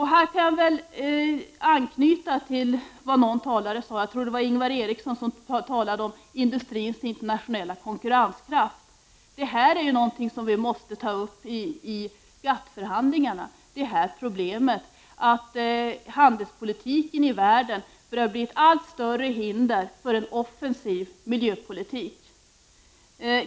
Här kan anknytas till vad Ingvar Eriksson sade om industrins internationella konkurrenskraft. Vi måste i GATT-förhandlingarna ta upp det förhållandet att handelspolitiken i världen börjar bli ett allt större hinder för en offensiv miljöpolitik.